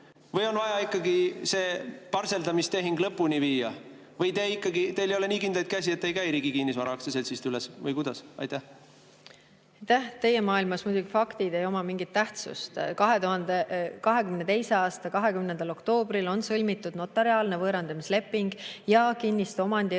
Või on vaja ikkagi see parseldamistehing lõpuni viia? Või teil ei ole nii kindlaid käsi, et ei käi Riigi Kinnisvara Aktsiaseltsist üle? Või kuidas? Aitäh! Teie maailmas ei oma faktid muidugi mingit tähtsust. 2022. aasta 20. oktoobril sõlmiti notariaalne võõrandamisleping ja kinnistu omandiõigus